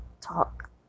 talk